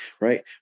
right